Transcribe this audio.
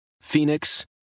Phoenix